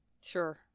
Sure